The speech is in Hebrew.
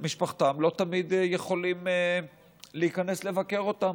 משפחתם לא תמיד יכולים להיכנס לבקר אותם,